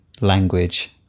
language